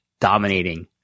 dominating